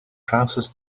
trousers